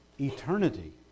eternity